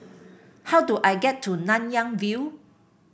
how do I get to Nanyang View